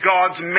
God's